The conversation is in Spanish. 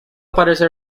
parece